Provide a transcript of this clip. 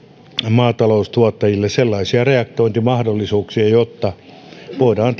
maataloustuottajille sellaisia reagointimahdollisuuksia jotta voidaan